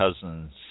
cousins